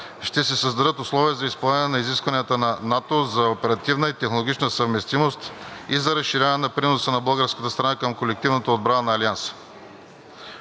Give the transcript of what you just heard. ще се създадат условия за изпълнение на изискванията на НАТО за оперативна и технологична съвместимост и за разширяване на приноса на българската страна към колективната отбрана на Алианса.